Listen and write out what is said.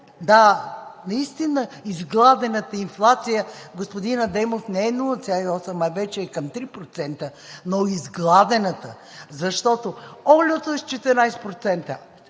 Да, наистина изгладената инфлация, господин Адемов не е 0,8%, а вече е към 3%, но изгладената, защото олиото е с 14%,